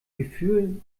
gefühl